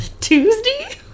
Tuesday